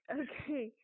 okay